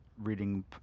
reading